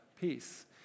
peace